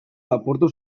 lapurtu